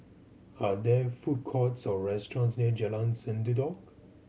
are there food courts or restaurants near Jalan Sendudok